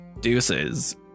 Deuces